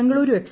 Bengaluru F